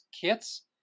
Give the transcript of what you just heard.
kits